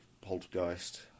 poltergeist